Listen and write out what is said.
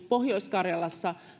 pohjois karjalassa työskennelleenä